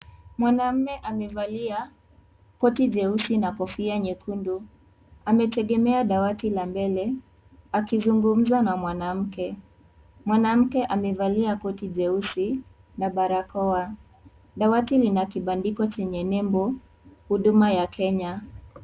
Mwanaume amevalia koti jeusi na kofia nyekundu. Ametegemea dawati la mbele akizungumza na mwanamke. Mwanamke amevalia koti jeusi na barakoa .Dawati lina kibandiko chenye nembo huduma ya Kenya.